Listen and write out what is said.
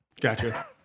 Gotcha